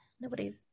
Nobody's